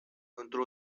într